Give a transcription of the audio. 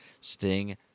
Sting